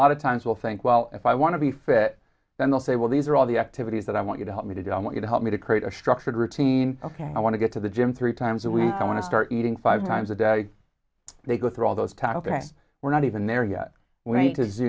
lot of times will think well if i want to be fit then they'll say well these are all the activities that i want you to help me to do i want you to help me to create a structured routine ok i want to get to the gym three times a week i want to start eating five times a day they go through all those time ok we're not even there yet w